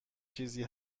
چیزی